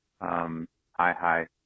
Hi-hi